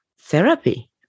therapy